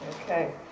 Okay